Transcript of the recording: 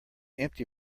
empty